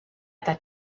eta